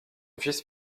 fils